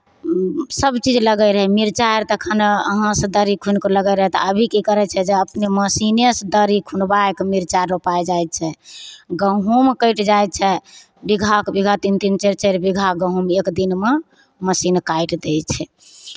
सभचीज लगैत रहय मिरचाइ आर तखन अहाँसँ दड़ी खुनि कऽ लगैत रहय तऽ अभी की करै छै मशीनेसँ दड़ी खुनिबाए कऽ मिरचाइ रोपाए जाइ छै गहुँम कटि जाइ छै बीघाक बीघा तीन तीन चारि चारि बीघा गहुँम एकदिनमे मशीन काटि दै छै